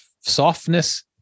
softness